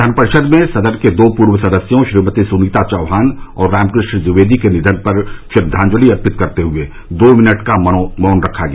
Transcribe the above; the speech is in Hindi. विधान परिषद में सदन के दो पूर्व सदस्यों श्रीमती सुनीता चौहान और रामकृष्ण द्विवेदी के निधन पर श्रद्दाजंलि अर्पित करते हए दो मिनट का मौन रखा गया